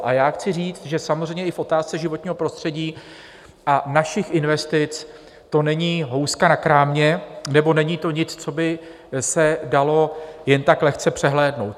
A chci říct, že samozřejmě i v otázce životního prostředí a našich investic to není houska na krámě, nebo to není nic, co by se dalo jen tak lehce přehlédnout.